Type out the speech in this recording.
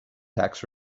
tax